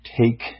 take